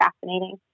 fascinating